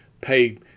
pay